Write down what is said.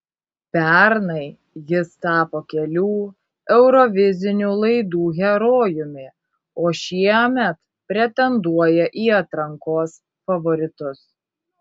pernai jis tapo kelių eurovizinių laidų herojumi o šiemet pretenduoja į atrankos favoritus